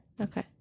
Okay